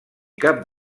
cap